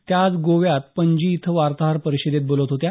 त्या आज गोव्यात पणजी इथं वार्ताहर परिषदेत बोलत होत्या